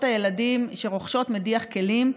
המשפחות ברוכות הילדים שרוכשות מדיח כלים,